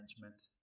management